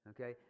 Okay